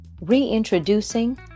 Reintroducing